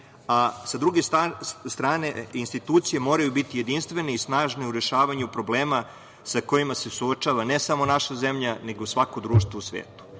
Sa druge strane, institucije moraju biti jedinstvene i snažne u rešavanju problema sa kojima se suočava, ne samo naša zemlja, nego svako društvo u svetu. Na